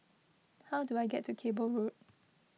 how do I get to Cable Road